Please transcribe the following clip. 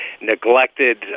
neglected